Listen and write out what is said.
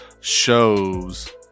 shows